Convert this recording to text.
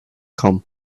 come